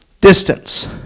distance